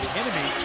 enemy